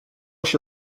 się